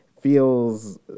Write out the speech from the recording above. feels